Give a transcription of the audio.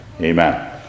amen